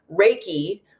Reiki